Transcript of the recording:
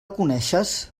coneixes